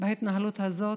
בהתנהלות הזאת,